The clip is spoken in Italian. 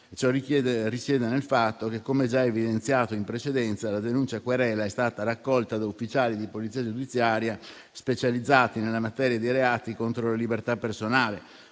risiede nel fatto che, come già evidenziato in precedenza, la denuncia querela è stata raccolta da ufficiali di polizia giudiziaria specializzati nella materia dei reati contro la libertà personale,